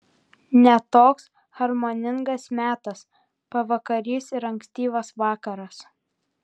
ne toks harmoningas metas pavakarys ir ankstyvas vakaras